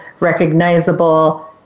recognizable